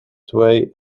tweeën